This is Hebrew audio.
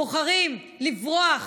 בוחרים לברוח